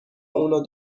اونو